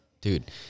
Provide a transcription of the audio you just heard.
dude